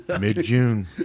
mid-june